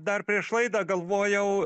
dar prieš laidą galvojau